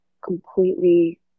completely